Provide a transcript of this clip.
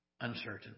uncertain